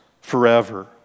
forever